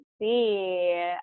see